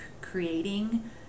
creating